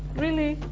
really,